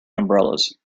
umbrellas